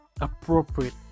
appropriate